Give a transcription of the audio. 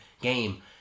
game